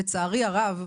לצרי הרב,